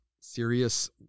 serious